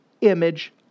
image